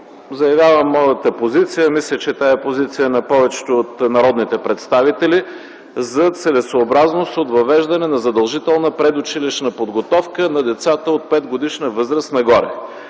заявявам моята позиция (мисля, че тя е позиция на повечето от народните представители) за целесъобразност от въвеждане на задължителна предучилищна подготовка на децата от петгодишна възраст нагоре.